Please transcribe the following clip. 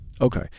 Okay